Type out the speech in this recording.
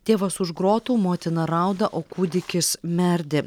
tėvas už grotų motina rauda o kūdikis merdi